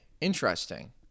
interesting